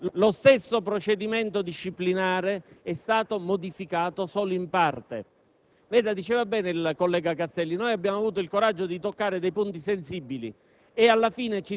quale può assegnare un procedimento al sostituto, ma glielo può togliere, se non risponde ai criteri che gli ha indicato, senza che vi sia nessun organismo a cui rivolgersi.